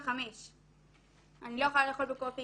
17:00. אני לא יכולה לאכול בקופיקס,